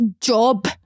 job